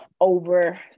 over